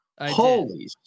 Holy